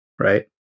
Right